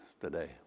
today